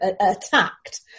attacked